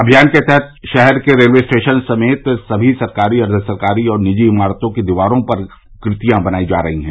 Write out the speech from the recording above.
अभियान के तहत शहर के रेलवे स्टेशन समेत सभी सरकारी अर्द्व सरकारी और निजी इमारतों की दीवारों पर भी कृतियां बनाई जा रही है